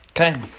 Okay